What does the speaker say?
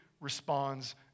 responds